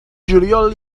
juliol